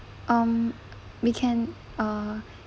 um we can uh